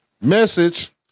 Message